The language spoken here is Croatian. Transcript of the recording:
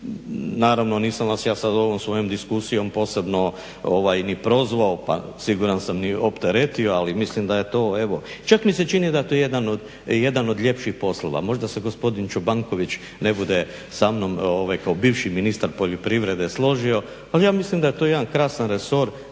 Naravno nisam vas ja sada ovom svojom diskusijom posebno ni prozvao, pa siguran sam ni opteretio ali mislim daje to evo, čak mi se čini da je to jedan od ljepših poslova, možda se gospodin Čobanković ne bude sa mnom kao bivši ministar poljoprivrede složio. Ali ja mislim da je to jedan krasan resor